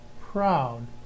proud